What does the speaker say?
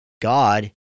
God